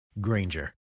Granger